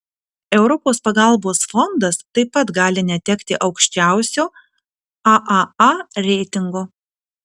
europos pagalbos fondas taip pat gali netekti aukščiausio aaa reitingo